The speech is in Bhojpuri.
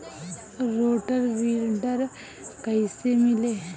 रोटर विडर कईसे मिले?